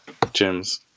gyms